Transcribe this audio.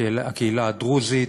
הקהילה הדרוזית,